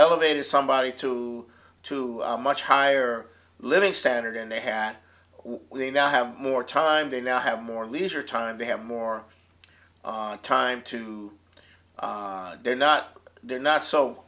elevated somebody to too much higher living standard and they had we now have more time they now have more leisure time they have more time to they're not they're not so